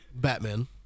Batman